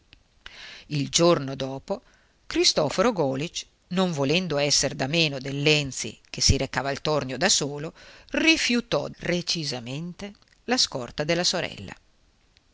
il giorno dopo cristoforo golisch non volendo esser da meno del lenzi che si recava al tornio da solo rifiutò recisamente la scorta della sorella